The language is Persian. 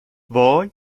وای